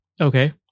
Okay